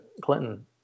Clinton